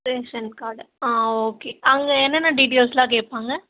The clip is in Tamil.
ரேஷன் கார்ட் ஆ ஓகே அங்கே என்னென்ன டீட்டெயில்ஸுலாம் கேட்பாங்க